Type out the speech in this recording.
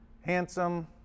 handsome